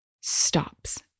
stops